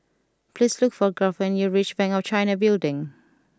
please look for Garth when you reach Bank of China Building